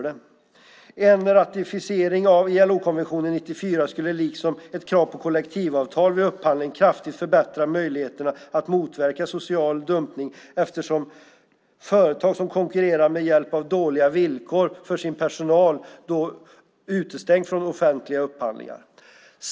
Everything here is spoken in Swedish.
En ratificering av ILO-konventionen 94 skulle liksom ett krav på kollektivavtal vid upphandling kraftigt förbättra möjligheterna att motverka social dumpning, eftersom företag som konkurrerar med hjälp av dåliga villkor för sin personal då skulle vara utestängda från offentliga upphandlingar.